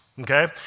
Okay